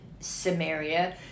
Samaria